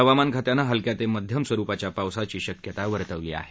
हवामान खात्यानं हलक्या ते मध्यम स्वरुपांच्या पावसाची शक्यता वर्तवली आहे